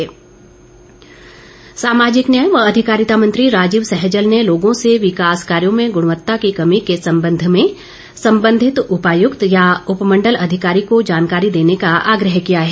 सहजल सामाजिक न्याय व अधिकारिता मंत्री राजीव सहजल ने लोगों से विकास कार्यो में गुणवत्ता की कमी के संबंध में संबंधित उपायुक्त या उपमण्डल अधिकारी को जानकारी देने का आग्रह किया है